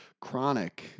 chronic